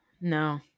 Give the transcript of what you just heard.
no